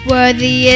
Worthy